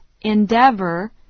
endeavor